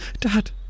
Dad